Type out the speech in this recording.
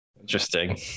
Interesting